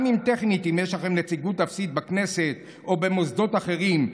גם אם טכנית יש לכם נציגות אפסית בכנסת או במוסדות אחרים,